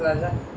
mmhmm